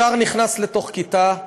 ישר נכנס לתוך כיתה,